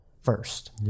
first